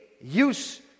use